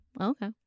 Okay